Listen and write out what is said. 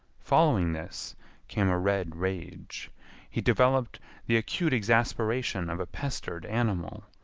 following this came a red rage he developed the acute exasperation of a pestered animal,